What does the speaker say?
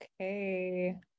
Okay